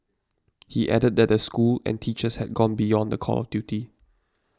he added that the school and teachers had gone beyond the call of duty